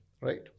right